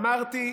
אמרתי,